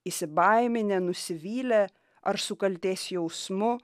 įsibaiminę nusivylę ar su kaltės jausmu